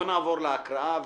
נעבור להקראה.